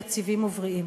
יציבים ובריאים.